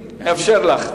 אני אאפשר לך,